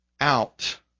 out